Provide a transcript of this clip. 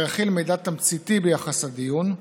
אשר יכיל מידע תמציתי ביחס לדיון.